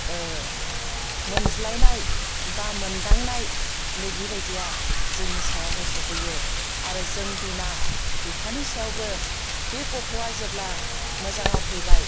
मोनज्लायनाय बा मोनदांनाय नैबिबायदिया जोंनि सायावहाय सफैयो आरो जों बिमा बिफानि सायावबो बे गथ'आ जेब्ला मोजाङाव फैबाय